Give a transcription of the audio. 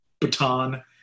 baton